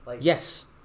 Yes